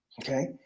Okay